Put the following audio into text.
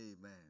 Amen